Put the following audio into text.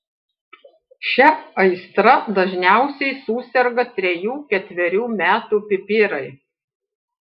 šia aistra dažniausiai suserga trejų ketverių metų pipirai